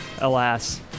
Alas